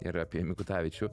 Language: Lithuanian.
ir apie mikutavičių